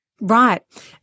Right